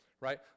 right